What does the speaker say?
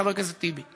חבר הכנסת טיבי.